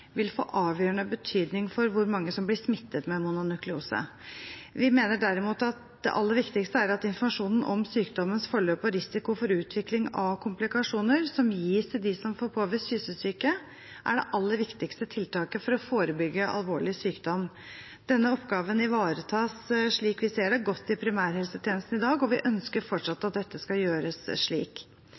vil få avgjørende betydning for hvor mange som blir smittet med mononukleose. Vi mener derimot at informasjon om sykdommens forløp og risiko for utvikling av komplikasjoner til dem som får påvist kyssesyke, er det aller viktigste tiltaket for å forebygge alvorlig sykdom. Denne oppgaven ivaretas, slik vi ser det, godt i primærhelsetjenesten i dag, og vi ønsker at dette fortsatt skal gjøres slik.